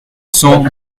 cent